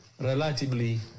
relatively